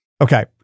Okay